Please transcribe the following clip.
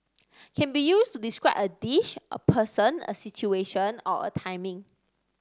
can be used to describe a dish a person a situation or a timing